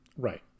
Right